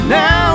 now